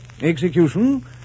Execution